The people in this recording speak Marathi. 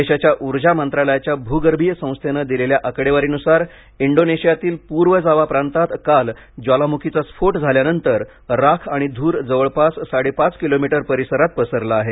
देशाच्या ऊर्जा मंत्रालयाच्या भूगर्भीय संस्थेनं दिलेल्या आकडेवारीनुसार इंडोनेशियातील पूर्व जावा प्रांतात काल ज्वालामुखीचा स्फोट झाल्यानंतर राख आणि धूर जवळपास साडेपाच किलोमीटर पसरला आहे